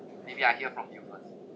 maybe I hear from you first